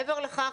מעבר לכך,